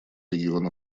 регион